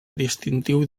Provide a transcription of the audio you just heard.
distintiu